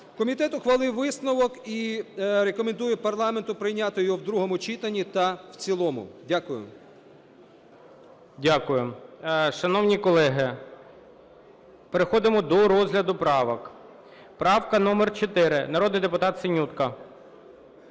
Комітет ухвалив висновок і рекомендує парламенту прийняти його в другому читанні та в цілому. Дякую. ГОЛОВУЮЧИЙ. Дякую. Шановні колеги, переходимо до розгляду правок. Правка номер 4, народний депутат Синютка.